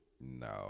No